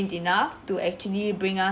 ~ed enough to actually bring u~